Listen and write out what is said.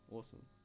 Awesome